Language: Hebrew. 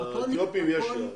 לאתיופים יש יעד.